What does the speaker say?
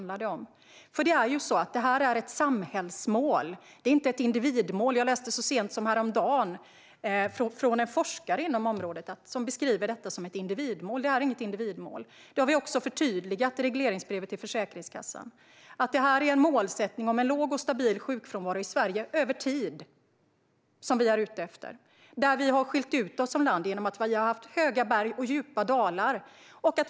Det här handlar ju om ett samhällsmål, inte ett individmål. Jag läste så sent som häromdagen hur en forskare inom området beskriver detta som ett individmål; men det är inget individmål. Detta har vi också förtydligat i regleringsbrevet till Försäkringskassan. Det här handlar om en målsättning om en låg och stabil sjukfrånvaro i Sverige över tid. Det är vad vi är ute efter. Vi har som land skilt ut oss genom att ha höga berg och djupa dalar.